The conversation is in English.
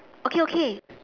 okay okay